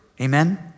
Amen